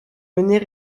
menées